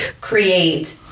create